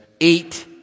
eight